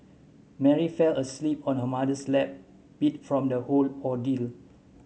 Mary fell asleep on her mother's lap beat from the all ordeal